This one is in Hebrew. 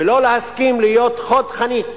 ולא להסכים להיות חוד החנית